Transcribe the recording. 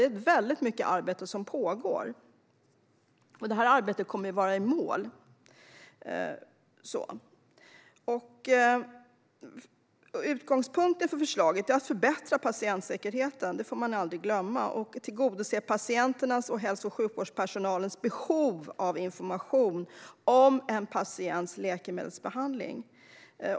Och det här arbetet kommer att komma i mål. "Utgångspunkten för förslaget är att förbättra patientsäkerheten" - det får man aldrig glömma - och "att tillgodose patientens och hälso och sjukvårdspersonalens behov av information om en patients läkemedelsbehandling."